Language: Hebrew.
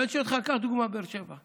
ואני שואל אותך, קח לדוגמה את באר שבע: